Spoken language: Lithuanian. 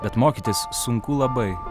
bet mokytis sunku labai